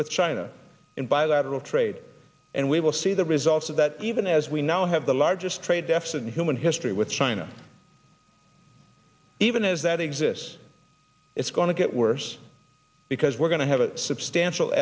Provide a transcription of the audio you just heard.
with china in bilateral trade and we will see the results of that even as we now have the largest trade deficit in human history with china even as that exists it's going to get worse because we're going to have a substantial